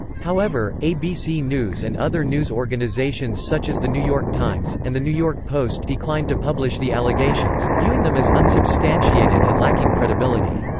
however, abc news and other news organizations such as the new york times, times, and the new york post declined to publish the allegations, viewing them as unsubstantiated and lacking credibility.